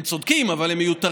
הם צודקים, אבל הם מיותרים.